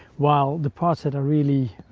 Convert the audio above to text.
while the parts that are really,